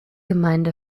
gemeinde